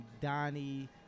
Donnie